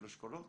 של אשכולות?